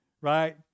right